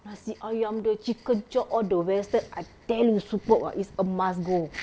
nasi ayam the chicken chop the western I tell you superb ah it's a must go